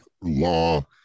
Law